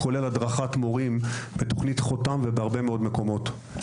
כולל הדרכת מורים בתוכנית חותם ובהרבה מאוד מקומות.